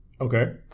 Okay